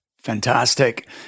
Fantastic